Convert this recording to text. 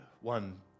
one